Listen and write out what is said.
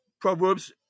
Proverbs